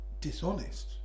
dishonest